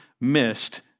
missed